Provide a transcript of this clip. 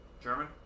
German